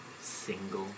single